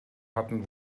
hatten